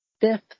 fifth